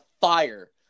fire